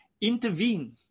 intervene